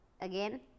again